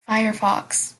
firefox